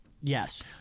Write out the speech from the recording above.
yes